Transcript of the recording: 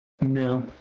No